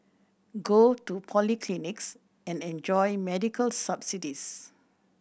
go to polyclinics and enjoy medical subsidies